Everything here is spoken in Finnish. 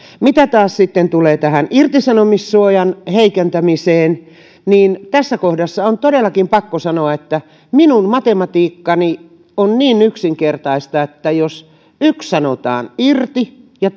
mitä sitten taas tulee tähän irtisanomissuojan heikentämiseen niin tässä kohdassa on todellakin pakko sanoa että minun matematiikkani on niin yksinkertaista että jos yksi sanotaan irti ja